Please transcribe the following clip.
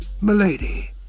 Milady